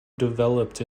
developed